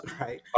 Right